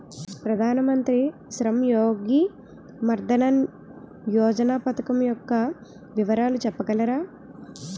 ప్రధాన మంత్రి శ్రమ్ యోగి మన్ధన్ యోజన పథకం యెక్క వివరాలు చెప్పగలరా?